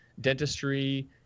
dentistry